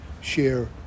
share